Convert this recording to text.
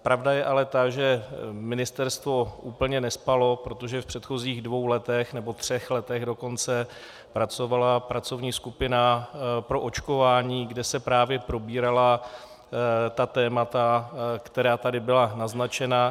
Pravda je ale ta, že ministerstvo úplně nespalo, protože v předchozích dvou, nebo dokonce třech letech pracovala pracovní skupina pro očkování, kde se právě probírala témata, která tady byla naznačena.